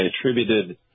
attributed